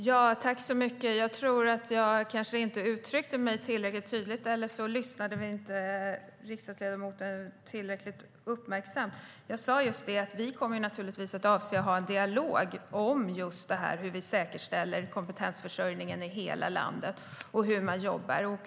Fru talman! Jag kanske inte uttryckte mig tillräckligt tydligt, eller så lyssnade inte riksdagsledamoten tillräckligt uppmärksamt. Jag sa just att vi avser att ha en dialog om hur vi säkerställer kompetensförsörjningen i hela landet och hur man jobbar.